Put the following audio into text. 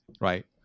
right